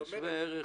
זה חמור מאוד.